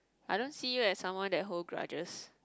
I don't see like someone that hold grudges